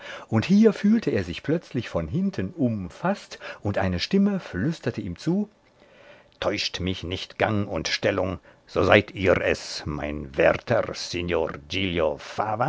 und hier fühlte er sich plötzlich von hinten umfaßt und eine stimme flüsterte ihm zu täuscht mich nicht gang und stellung so seid ihr es mein werter